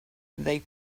they